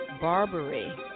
barbary